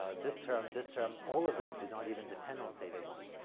ah this term, this term, all of them do not even depend on theta one.